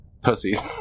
pussies